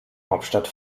hauptstadt